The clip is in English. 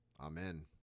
Amen